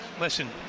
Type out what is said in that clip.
listen